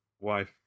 wife